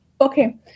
Okay